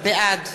בעד